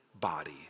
body